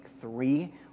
three